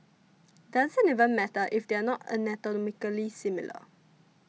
doesn't even matter if they're not anatomically similar